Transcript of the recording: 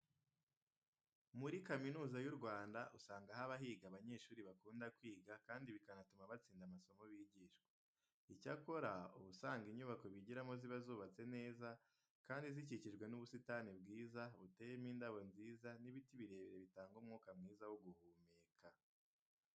Muri Kaminuza y'u Rwanda usanga haba higa abanyeshuri bakunda kwiga kandi bikanatuma batsinda amasomo bigishwa. Icyakora, uba usanga inyubako bigiramo ziba zubatse neza kandi zikikijwe n'ubusitani bwiza, buteyemo indabo nziza n'ibiti birebire bitanga umwuka mwiza wo guhumeka.